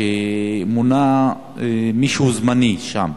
כשמונה מישהו זמני שם.